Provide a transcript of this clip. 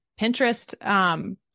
Pinterest